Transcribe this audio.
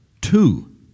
two